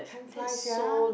time flies sia